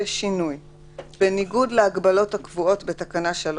לשם אכיפת הוראות תקנה 3,